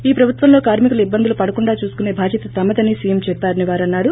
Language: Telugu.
ఈ ప్రభుత్వంలో కార్మికులు ఇబ్బందులు పడకుండ చూసుకునే బాధ్యత తమదని సీఎం చెప్పారని వారన్నారు